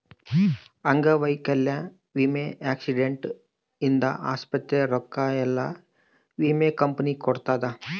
ಅಂಗವೈಕಲ್ಯ ವಿಮೆ ಆಕ್ಸಿಡೆಂಟ್ ಇಂದ ಆಸ್ಪತ್ರೆ ರೊಕ್ಕ ಯೆಲ್ಲ ವಿಮೆ ಕಂಪನಿ ಕೊಡುತ್ತ